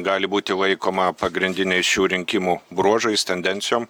gali būti laikoma pagrindiniais šių rinkimų bruožais tendencijom